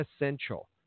essential